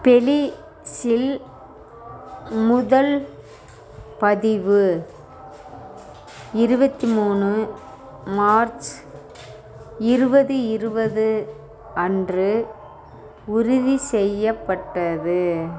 பெலி ஸில் முதல் பதிவு இருபத்தி மூணு மார்ச் இருபது இருபது அன்று உறுதி செய்யப்பட்டது